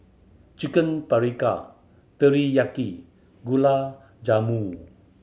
Chicken Paprika Teriyaki Gulab Jamun